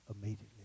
immediately